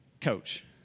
Coach